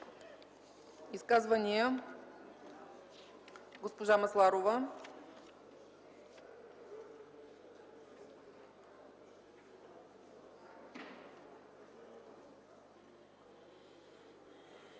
Изказвания? Госпожа Масларова.